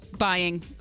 buying